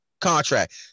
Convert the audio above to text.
contract